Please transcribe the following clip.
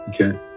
okay